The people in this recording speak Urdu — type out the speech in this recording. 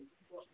ج